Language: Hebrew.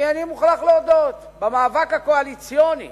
אני מוכרח להודות, שבמאבק הקואליציוני